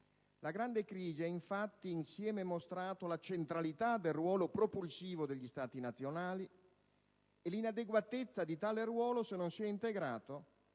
La "grande crisi" ha infatti insieme mostrato la centralità del ruolo propulsivo degli Stati nazionali e l'inadeguatezza di tale ruolo se non sia integrato